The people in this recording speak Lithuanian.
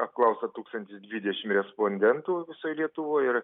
apklausta tūkstantis dvidešim respondentų visoj lietuvoj ir